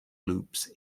loops